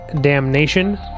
Damnation